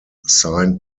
signed